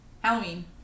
Halloween